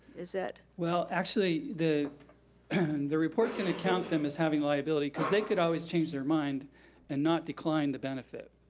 is that? well, actually the and the report's gonna count them as having liability cause they could always change their mind and not decline the benefit.